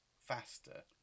faster